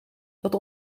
dat